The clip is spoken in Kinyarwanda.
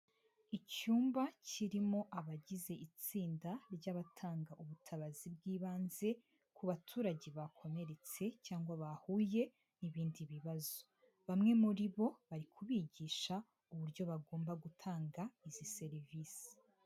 Icyumba kirimo abagize itsinda ry'abatanga ubutabazi bw'ibanze ku baturage bakomeretse cyangwa bahuye n'ibindi bibazo. Bamwe muri bo, bari kubigisha uburyo bagomba gutanga izi serivise.